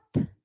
up